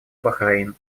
бахрейн